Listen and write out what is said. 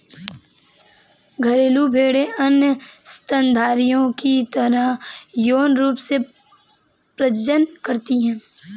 घरेलू भेड़ें अन्य स्तनधारियों की तरह यौन रूप से प्रजनन करती हैं